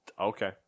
okay